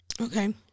Okay